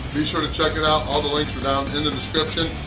be sure to check it out. all the links are down in the description.